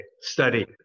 study